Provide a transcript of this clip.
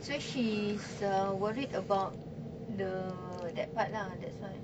so she's uh worried about the that part lah that's why